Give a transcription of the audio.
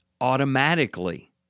automatically